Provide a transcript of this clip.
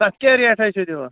تَتھ کیٛاہ ریٹھاہ چھِو دِوان